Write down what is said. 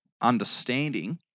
understanding